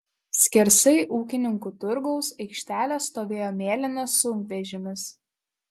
skersai ūkininkų turgaus aikštelės stovėjo mėlynas sunkvežimis